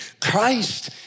Christ